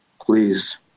Please